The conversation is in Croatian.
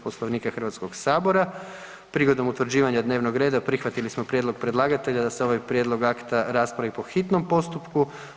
Poslovnika HS-a. prigodom utvrđivanja dnevnog reda prihvatili smo prijedlog predlagatelja da se ovaj prijedlog akta raspravi po hitnom postupku.